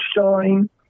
shine